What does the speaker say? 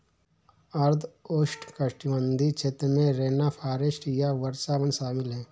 आर्द्र उष्णकटिबंधीय क्षेत्र में रेनफॉरेस्ट या वर्षावन शामिल हैं